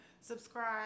subscribe